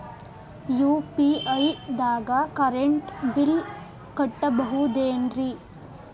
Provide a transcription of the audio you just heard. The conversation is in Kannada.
ಯು.ಪಿ.ಐ ದಾಗ ಕರೆಂಟ್ ಬಿಲ್ ಕಟ್ಟಬಹುದೇನ್ರಿ?